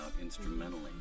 instrumentally